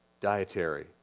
dietary